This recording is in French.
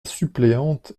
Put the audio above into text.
suppléante